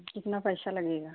कितना पैसा लगेगा